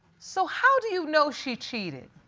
so, how do you know she cheated?